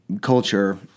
culture